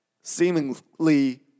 seemingly